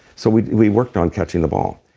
so we we worked on catching the ball.